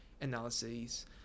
analyses